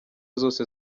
zose